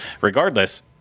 regardless